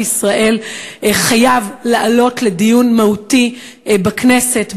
ישראל חייב לעלות לדיון מהותי בכנסת,